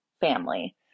family